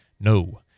No